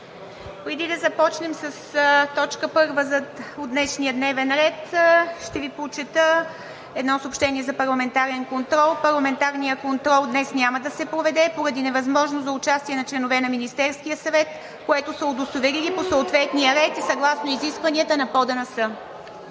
Преди да започнем с точка първа от днешния дневен ред, ще Ви прочета едно съобщение за парламентарен контрол: Парламентарният контрол днес няма да се проведе поради невъзможност за участие на членове на Министерския съвет, което са удостоверили по съответния ред и съгласно изискванията на Правилника